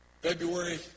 February